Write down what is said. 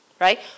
Right